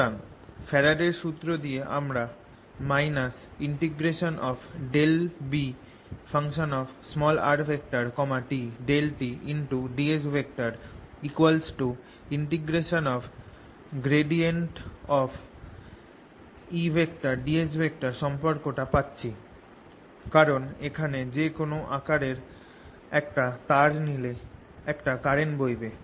সুতরাং ফ্যারাডের সুত্র দিয়ে আমরা - ∂Brt∂tds ds সম্পর্ক টা পাচ্ছি কারণ এখানে যে কোন আকারের একটা তার নিলে একটা কারেন্ট বইবে